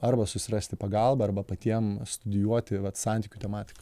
arba susirasti pagalbą arba patiem studijuoti vat santykių temat